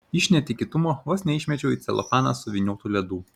iš netikėtumo vos neišmečiau į celofaną suvyniotų ledų